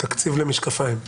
תציג לנו.